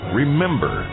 remember